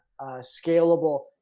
scalable